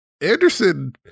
Anderson